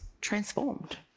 transformed